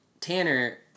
Tanner